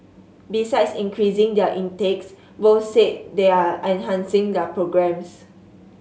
besides increasing their intakes both said they are enhancing their programmes